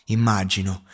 Immagino